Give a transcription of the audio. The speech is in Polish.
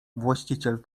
właściciel